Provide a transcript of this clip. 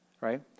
right